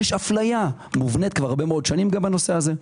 יש אפליה מובנית כבר הרבה מאוד שנים גם בנושא הזה.